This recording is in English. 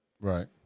Right